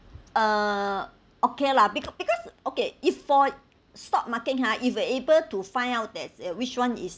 uh okay lah because because okay if for stock market hor if you able to find out that which one is